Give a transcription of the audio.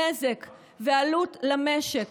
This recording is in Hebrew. הנזק והעלות למשק,